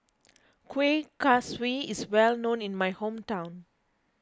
Kueh Kaswi is well known in my hometown